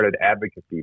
advocacy